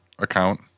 account